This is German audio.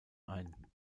ein